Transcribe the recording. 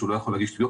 לא יכול להגיש תביעה?